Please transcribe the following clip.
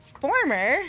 former